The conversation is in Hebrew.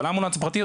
אבל האמבולנס הפרטי,